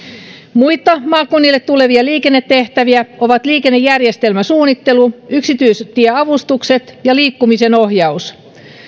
muita maakunnille tulevia liikennetehtäviä ovat liikennejärjestelmäsuunnittelu yksityistieavustukset ja liikkumisen ohjaus